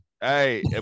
Hey